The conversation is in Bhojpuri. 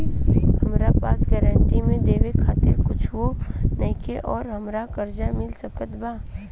हमरा पास गारंटी मे देवे खातिर कुछूओ नईखे और हमरा कर्जा मिल सकत बा?